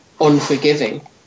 unforgiving